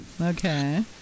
Okay